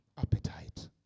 appetite